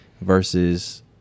Versus